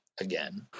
Again